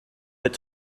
its